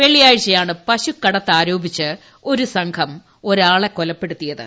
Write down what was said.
വെള്ളിയാഴ്ചയാണ് പശുക്കടത്ത് ആരോപിച്ച് ഒരു സംഘം ഒരാളെ കൊലപ്പെടുത്തിയത്